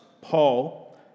Paul